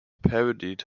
parodied